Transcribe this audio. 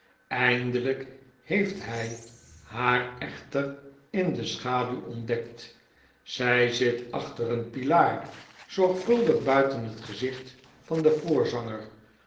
eindelijk heeft hij baar echter in de schaduw ontdekt zg zit achter een pilaar zorgvuldig buiten het gezicht van den voorzanger